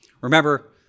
Remember